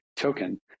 token